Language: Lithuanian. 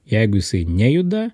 jeigu jisai nejuda